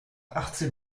achtzehn